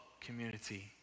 community